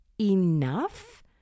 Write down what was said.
enough